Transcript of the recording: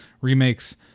remakes